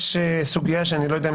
יש סוגיה שאיני יודע אם